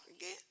again